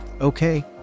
okay